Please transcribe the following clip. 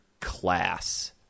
class